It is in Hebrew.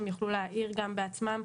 הם יוכלו להעיר גם בעצמם,